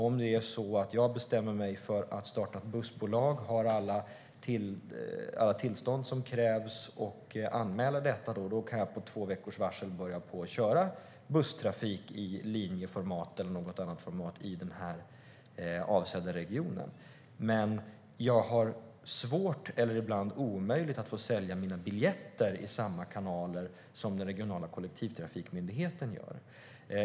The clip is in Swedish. Om det är så att jag bestämmer mig för att starta ett bussbolag, har alla tillstånd som krävs och anmäler detta kan jag med två veckors varsel börja köra busstrafik i linjeformat eller något annat format i den avsedda regionen. Det blir dock svårt eller ibland omöjligt att få sälja mina biljetter i samma kanaler som den regionala kollektivtrafikmyndigheten gör.